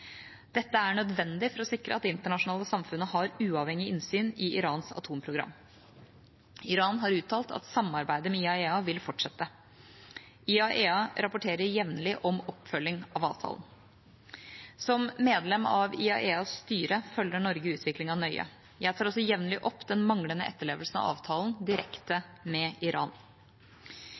Dette er nødvendig for å sikre at det internasjonale samfunnet har uavhengig innsyn i Irans atomprogram. Iran har uttalt at samarbeidet med IAEA vil fortsette. IAEA rapporterer jevnlig om oppfølging av avtalen. Som medlem av IAEAs styre følger Norge utviklingen nøye. Jeg tar også jevnlig opp den manglende etterlevelsen av avtalen direkte med Iran.